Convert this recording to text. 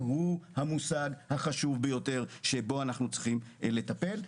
שהוא המושג החשוב ביותר שבו אנחנו צריכים לטפל.